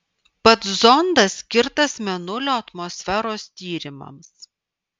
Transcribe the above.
pats zondas skirtas mėnulio atmosferos tyrimams